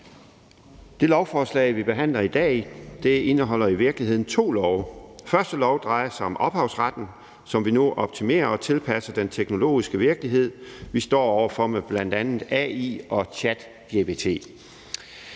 Det lovforslag, vi behandler i dag, indeholder i virkeligheden to love. Første lov drejer sig om ophavsretten, som vi nu optimerer og tilpasser den teknologiske virkelighed, vi står over for med bl.a. AI og ChatGPT.